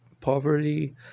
poverty